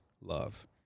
love